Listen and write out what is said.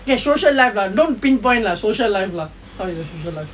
okay social life lah don't pinpoint lah social life lah how is your social life